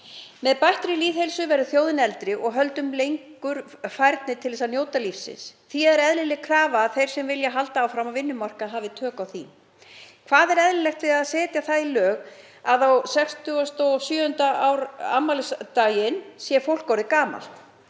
Með bættri lýðheilsu verður þjóðin eldri og heldur lengur færni til að njóta lífsins. Því er eðlileg krafa að þeir sem vilja halda áfram á vinnumarkaði hafi tök á því. Hvað er eðlilegt við að setja það í lög að á 67 ára afmælisdaginn sé fólk orðið gamalt?